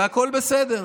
והכול בסדר.